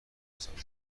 بسازیم